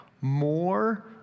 more